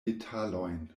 detalojn